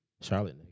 Charlotte